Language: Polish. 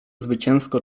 zwycięsko